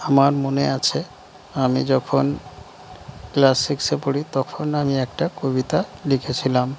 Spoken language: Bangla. আমার মনে আছে আমি যখন ক্লাস সিক্সে পড়ি তখন আমি একটা কবিতা লিখেছিলাম